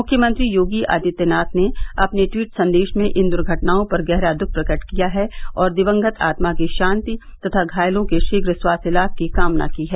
मुख्यमंत्री योगी आदित्यनाथ ने अपने ट्वीट संदेश में इन दुर्घटनाओं पर गहरा दुख प्रकट किया है और दिवंगत आत्मा की शांति तथा घायलों के शीघ्र स्वास्थ्य लाभ की कामना की है